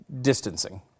distancing